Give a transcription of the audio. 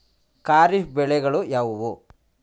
ಖಾರಿಫ್ ಬೆಳೆಗಳು ಯಾವುವು?